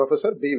professor B